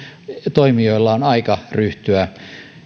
toimijoiden on aika ryhtyä